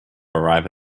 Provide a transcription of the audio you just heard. arrive